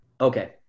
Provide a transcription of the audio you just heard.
okay